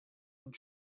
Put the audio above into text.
und